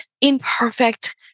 imperfect